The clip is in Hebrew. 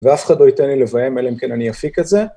ואף אחד לא ייתן לי לביים אלא אם כן אני אפיק את זה.